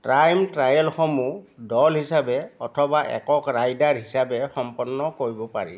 ট্ৰাইম ট্ৰায়েলসমূহ দল হিচাপে অথবা একক ৰাইডাৰ হিচাপে সম্পন্ন কৰিব পাৰি